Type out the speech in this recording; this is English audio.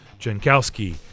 Jankowski